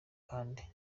kandi